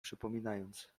przypominając